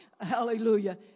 Hallelujah